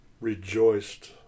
rejoiced